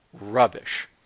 rubbish